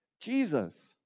Jesus